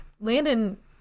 Landon